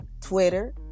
Twitter